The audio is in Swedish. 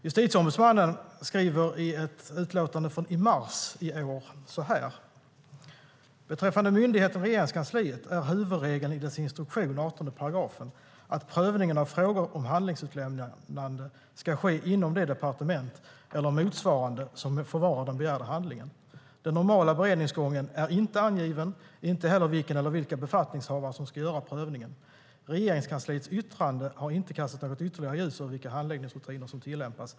Justitieombudsmannen skriver i ett utlåtande från mars i år så här: "Beträffande myndigheten Regeringskansliet är huvudregeln i dess instruktion, 18 §, att prövningen av frågor om handlingsutlämnande ska ske inom det departement eller motsvarande som förvarar den begärda handlingen. Den normala beredningsgången är inte angiven, inte heller vilken eller vilka befattningshavare som ska göra prövningen. Regeringskansliets yttranden har inte kastat något ytterligare ljus över vilka handläggningsrutiner som tillämpas.